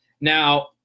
Now